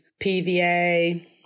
PVA